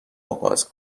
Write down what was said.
آغاز